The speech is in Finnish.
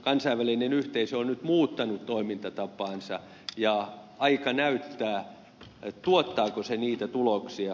kansainvälinen yhteisö on nyt muuttanut toimintatapaansa ja aika näyttää tuottaako se niitä tuloksia